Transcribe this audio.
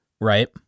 Right